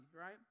right